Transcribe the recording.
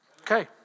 Okay